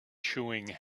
chewing